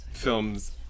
films